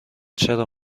چرا